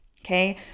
Okay